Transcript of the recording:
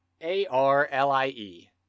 A-R-L-I-E